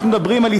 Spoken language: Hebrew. אנחנו מדברים על,